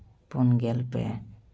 ᱯᱩᱱ ᱜᱮᱞ ᱯᱮ